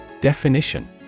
Definition